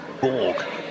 Borg